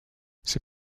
ces